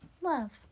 Love